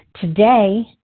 Today